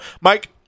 Mike